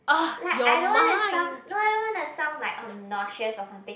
like I don't wanna sound no I don't wanna sound like obnoxious or something